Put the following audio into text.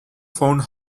found